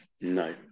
no